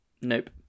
Nope